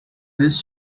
his